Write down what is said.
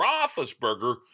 Roethlisberger